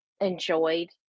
enjoyed